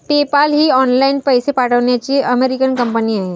PayPal ही online पैसे पाठवण्याची अमेरिकन कंपनी आहे